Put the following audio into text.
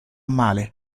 male